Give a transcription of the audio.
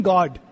God